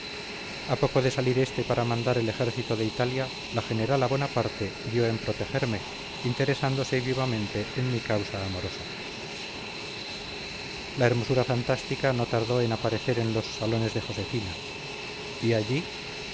a poco de salir este para mandar el ejército de italia la generala bonaparte dio en protegerme interesándose vivamente en mi causa amorosa la hermosura fantástica no tardó en aparecer en los salones de josefina y allí